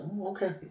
okay